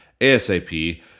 ASAP